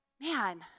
Man